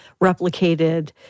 replicated